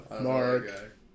Mark